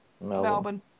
Melbourne